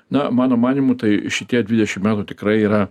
na mano manymu tai šitie dvidešimt metų tikrai yra